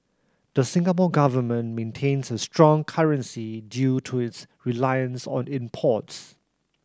the Singapore Government maintains a strong currency due to its reliance on imports